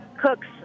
cooks